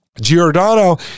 giordano